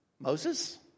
Moses